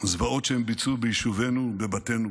הזוועות שהם ביצעו ביישובינו, בבתינו.